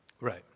Right